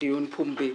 דיון פומבי.